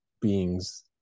beings